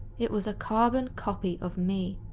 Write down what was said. it was a carbon copy of me.